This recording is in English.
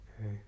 Okay